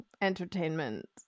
entertainment